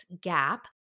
gap